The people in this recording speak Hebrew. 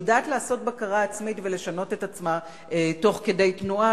שיודעת לעשות בקרה עצמית ולשנות את עצמה תוך כדי תנועה,